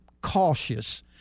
cautious